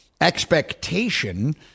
expectation